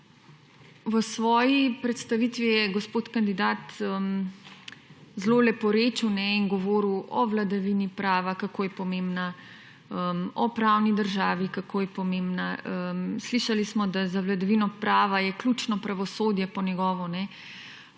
v svoji predstavitvi je gospod kandidat zelo leporečil, ne, in govoril o vladavini prava, kako je pomembna, o pravni državi, kako je pomembna, slišali smo, da za vladavino prava je ključno pravosodje po njegovo, ne,